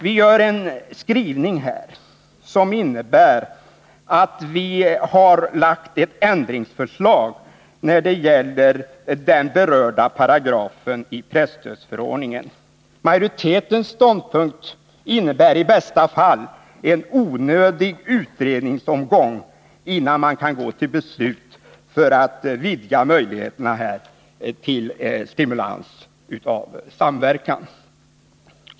Vår skrivning i reservationen innebär att vi har lagt fram ett ändringsförslag när det gäller den berörda paragrafen i presstödsförordningen. Majoritetens ståndpunkt innebär i bästa fall en onödig utredningsomgång innan man kan gå till beslut om att vidga möjligheterna att stimulera en samverkan.